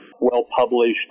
well-published